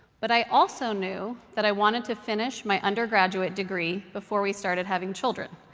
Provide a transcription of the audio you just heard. but i also knew that i wanted to finish my undergraduate degree before we started having children.